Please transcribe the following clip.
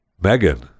Megan